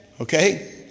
Okay